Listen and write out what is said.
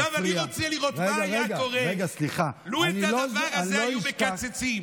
אני מציע לראות מה היה קורה לו את הדבר הזה היו מקצצים.